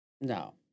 no